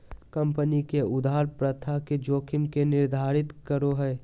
company के उधार प्रथा के जोखिम के निर्धारित करो हइ